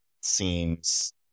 seems